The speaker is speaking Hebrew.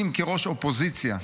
אם כראש אופוזיציה,